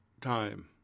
time